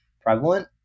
prevalent